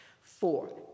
Four